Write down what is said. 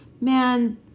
man